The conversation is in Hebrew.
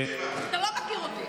את לא יכולה להצביע בעד.